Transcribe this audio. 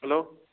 hello